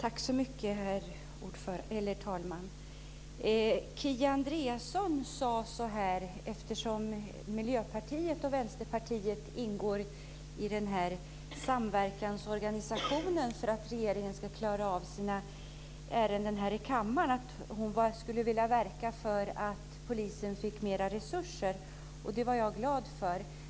Herr talman! Kia Andreasson sade, eftersom Miljöpartiet och Vänsterpartiet ingår i den här samverkansorganisationen för att regeringen ska klara av sin ärenden här i kammaren, att hon skulle vilja verka för att polisen fick mer resurser. Det blev jag glad för.